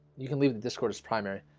you can leave the discourse primary.